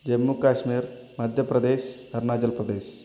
Jammu Kashmir Madhya Pradesh Arunachal Pradesh